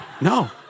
No